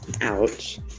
Ouch